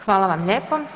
Hvala vam lijepo.